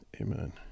Amen